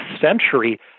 century